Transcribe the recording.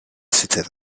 seated